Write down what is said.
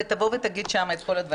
תבוא ותגיד שם את כל הדברים.